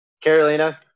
Carolina